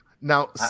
Now